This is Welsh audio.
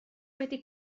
wedi